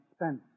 expense